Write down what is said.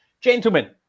Gentlemen